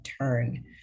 turn